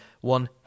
one